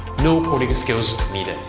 no coding skills needed.